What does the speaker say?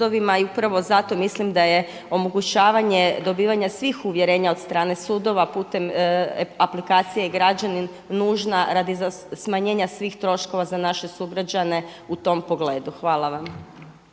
I upravo zato mislim da je omogućavanje dobivanja svih uvjerenja od strane sudova putem aplikacije e-Građanin nužna radi smanjenja svih troškova za naše sugrađane u tom pogledu. Hvala vam.